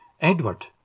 Edward